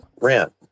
rent